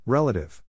Relative